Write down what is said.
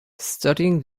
studying